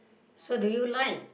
so do you like